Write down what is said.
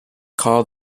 call